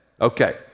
Okay